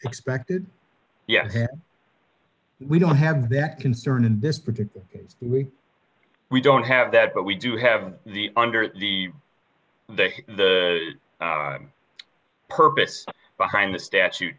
expected yes we don't have that concern in this particular case we we don't have that but we do have the under the perfect behind the statute